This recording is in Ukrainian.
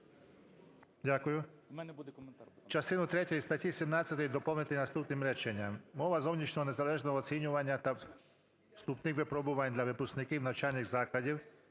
Дякую. Частину 3 статті 17 доповнити наступним реченням: "Мова зовнішнього незалежного оцінювання та вступних випробовувань для випускників навчальних закладів